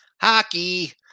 Hockey